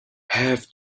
have